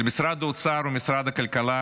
על משרד האוצר ומשרד הכלכלה